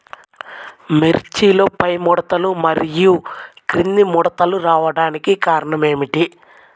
మిర్చిలో పైముడతలు మరియు క్రింది ముడతలు రావడానికి కారణం ఏమిటి?